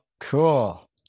Cool